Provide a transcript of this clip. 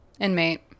Inmate